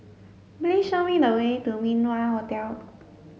please show me the way to Min Wah Hotel